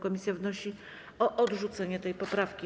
Komisja wnosi o odrzucenie tej poprawki.